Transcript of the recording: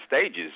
stages